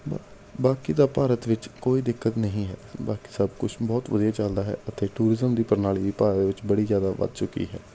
ਬ ਬਾਕੀ ਤਾਂ ਭਾਰਤ ਵਿੱਚ ਕੋਈ ਦਿੱਕਤ ਨਹੀਂ ਹੈ ਬਾਕੀ ਸਭ ਕੁਛ ਬਹੁਤ ਵਧੀਆ ਚਲਦਾ ਹੈ ਅਤੇ ਟੂਰਿਜ਼ਮ ਦੀ ਪ੍ਰਣਾਲੀ ਵੀ ਭਾਰਤ ਵਿੱਚ ਬੜੀ ਜ਼ਿਆਦਾ ਵੱਧ ਚੁੱਕੀ ਹੈ